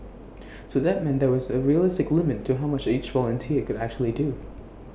so that meant there was A realistic limit to how much each volunteer could actually do